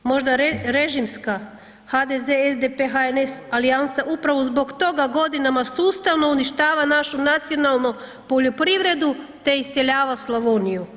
Možda režimska HDZ-SDP-HNS aliansa upravo zbog toga godinama sustavno uništava našu nacionalnu poljoprivredu te iseljava Slavoniju.